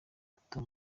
bato